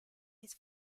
his